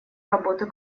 работу